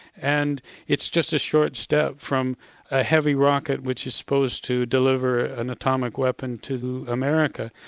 and it's just a short step from a heavy rocket which is supposed to deliver an atomic weapon to america,